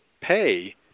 pay